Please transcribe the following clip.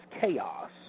chaos